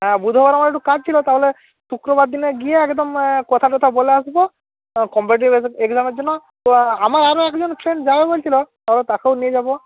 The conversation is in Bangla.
হ্যাঁ বুধবার আমার একটু কাজ ছিল তাহলে শুক্রবার দিনে গিয়ে একদম কথা টথা বলে আসবো কম্পিটিটিভ এক্সামের জন্য তো আমার আরও একজন ফ্রেন্ড যাবে বলছিলো তো তাকেও নিয়ে যাবো